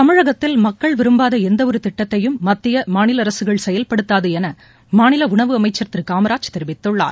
தமிழகத்தில் மக்கள் விரும்பாதஎந்தஒருதிட்டத்தையும் மத்தியமாநிலஅரசுகள் செயல்படுத்தாதுஎனஉணவு அமைச்சர் திருகாமராஜ் தெரிவித்துள்ளார்